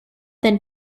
than